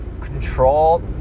control